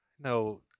no